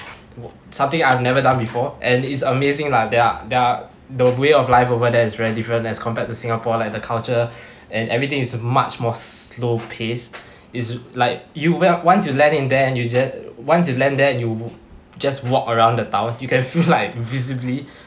W~ something I've never done before and it's amazing lah their their the way of life over there it's very different as compared to singapore like the culture and everything is much more slow paced it's like you will once you land in there and you just once you land there you just walk around the town you can feel like visibly